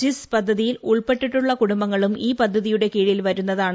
ചിസ് പദ്ധതിയിൽ ഉൾപ്പെട്ടിട്ടുള്ള കുടുബങ്ങളും ഈ പദ്ധതിയുടെ കീഴിൽ വരുന്നതാണ്